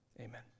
amen